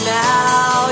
now